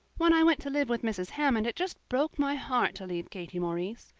when i went to live with mrs. hammond it just broke my heart to leave katie maurice.